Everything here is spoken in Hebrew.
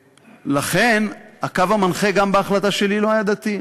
לכן הקו המנחה גם בהחלטה שלי לא היה דתי.